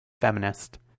feminist